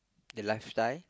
the lifestyle